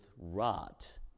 rot